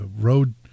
road